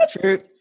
True